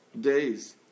days